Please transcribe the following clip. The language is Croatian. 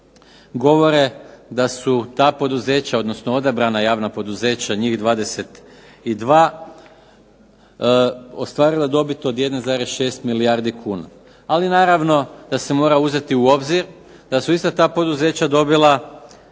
govore da su ta poduzeća, odnosno odabrana javna poduzeća, njih 22 ostvarila dobit od 1,6 milijardi kuna. Ali naravno da se mora uzeti u obzir da su ista ta poduzeća dobila